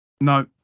No